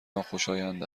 ناخوشایند